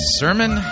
sermon